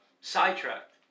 sidetracked